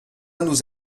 nous